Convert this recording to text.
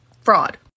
fraud